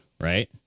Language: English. Right